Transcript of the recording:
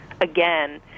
again